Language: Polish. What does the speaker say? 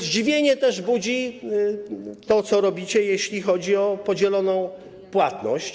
Zdziwienie też budzi to, co robicie, jeśli chodzi o podzieloną płatność.